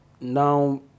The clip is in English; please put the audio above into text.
Now